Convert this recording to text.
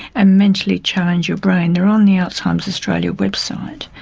and mentally challenge your brain. they are on the alzheimer's australia website.